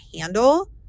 handle